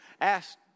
asked